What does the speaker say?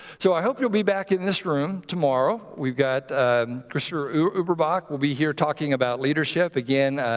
so i hope you'll be back in this room tomorrow. we've got krister ungerbock will be here talking about leadership, again,